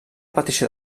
petició